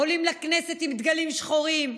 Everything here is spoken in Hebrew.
עולים לכנסת עם דגלים שחורים,